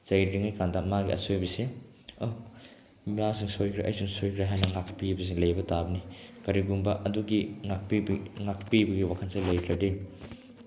ꯆꯩꯗ꯭ꯔꯤꯉꯩ ꯀꯥꯟꯗ ꯃꯥꯒꯤ ꯑꯁꯣꯏꯕꯁꯦ ꯑꯣ ꯃꯥꯁꯨ ꯁꯣꯏꯈ꯭ꯔꯦ ꯑꯩꯁꯨ ꯁꯣꯏꯈ꯭ꯔꯦ ꯍꯥꯏꯅ ꯉꯥꯛꯄꯤꯕꯁꯤ ꯂꯩꯕ ꯇꯥꯕꯅꯤ ꯀꯔꯤꯒꯨꯝꯕ ꯑꯗꯨꯒꯤ ꯉꯥꯛꯄꯤꯕ ꯉꯥꯛꯄꯤꯕꯒꯤ ꯋꯥꯈꯜꯁꯤ ꯂꯩꯇ꯭ꯔꯗꯤ